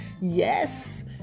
Yes